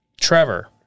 Trevor